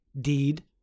deed